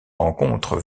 rencontre